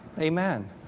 Amen